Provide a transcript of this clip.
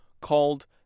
called